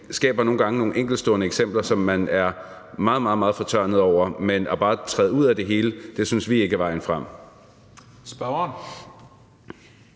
skaber nogle gange nogle enkeltstående eksempler, som man er meget, meget fortørnet over, men bare at træde ud af det hele synes vi ikke er vejen frem.